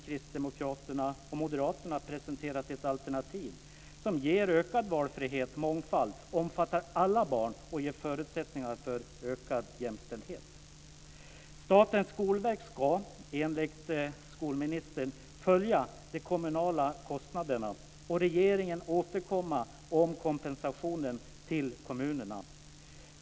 Kristdemokraterna och Moderaterna presenterat ett alternativ som ger ökad valfrihet och mångfald, omfattar alla barn och ger förutsättningar för ökad jämställdhet. Statens skolverk ska enligt skolministern följa de kommunala kostnaderna, och regeringen ska återkomma om kompensationen till kommunerna.